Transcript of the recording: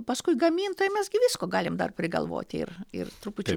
paskui gamintojai mes gi visko galim dar prigalvoti ir ir truputį